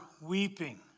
weeping